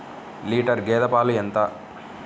Litre గేదె పాలు ఎంత?